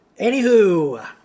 Anywho